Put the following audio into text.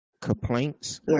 complaints